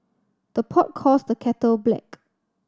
the pot calls the kettle black